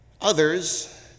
Others